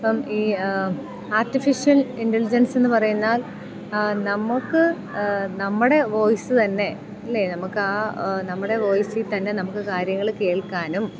ഇപ്പം ഈ ആർട്ടിഫിഷ്യൽ ഇൻറലിജൻസെന്ന് പറയുന്നത് നമുക്ക് നമ്മടെ വോയിസ് തന്നെ അല്ലേ നമുക്ക് നമ്മുടെ വോയിസിൽ തന്നെ നമുക്ക് കാര്യങ്ങൾ കേൾക്കാനും